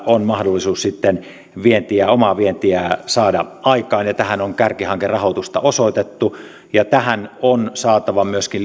on mahdollisuus sitten omaa vientiään saada aikaan tähän on kärkihankerahoitusta osoitettu ja tähän on saatava myöskin